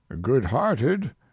good-hearted